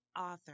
author